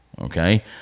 okay